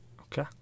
Okay